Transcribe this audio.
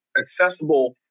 accessible